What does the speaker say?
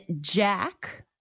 Jack